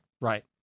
Right